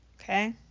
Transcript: Okay